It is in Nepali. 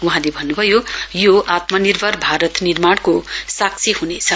वहाँले भन्नुभयो यो आत्मनिर्भर भारतको निर्माणको साक्षी हुनेछ